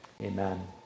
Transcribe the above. Amen